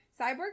Cyborg